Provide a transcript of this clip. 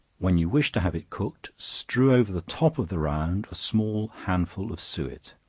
when you wish to have it cooked, strew over the top of the round a small handful of suet.